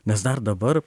nes dar dabar